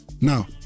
Now